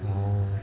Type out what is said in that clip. orh